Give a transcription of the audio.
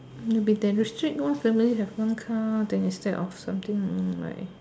uh big then restrict loh family have one car then instead of something like